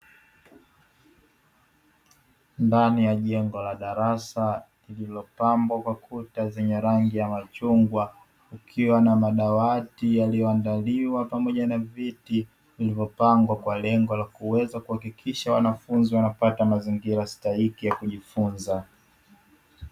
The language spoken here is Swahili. Ndani ya jengo la darasa lililopambwa Kwa Kuta zenye rangi ya machungwa, kukiwa na madawati yaliyoandaliwa pamoja na viti vilivyopangwa kwa lengo la kuweza kuhakikisha wanafunzi wanapata mazingira stahiki ya kujifunza.